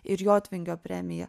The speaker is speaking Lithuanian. ir jotvingio premija